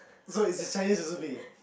so it's a Chinese recipe